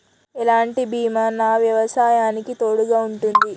ఎలాంటి బీమా నా వ్యవసాయానికి తోడుగా ఉంటుంది?